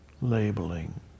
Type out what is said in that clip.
labeling